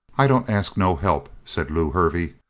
i don't ask no help, said lew hervey,